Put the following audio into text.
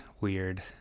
weird